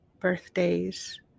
birthdays